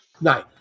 Nine